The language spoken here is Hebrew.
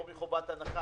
מוריד הגשם.